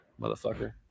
Motherfucker